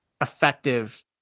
effective